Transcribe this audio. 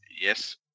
Yes